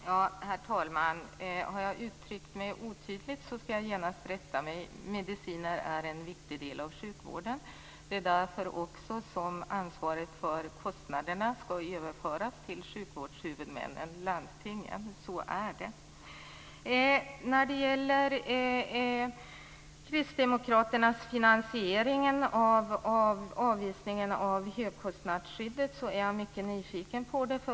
Herr talman! Har jag uttryckt mig otydligt skall jag genast rätta mig. Mediciner är en viktig del av sjukvården. Det är också därför som ansvaret för kostnaderna skall överföras till sjukvårdshuvudmännen landstingen. Så är det. Jag är mycket nyfiken på finansieringen av Kristdemokraternas avvisande av ändringen av högkostnadsskyddet.